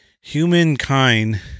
humankind –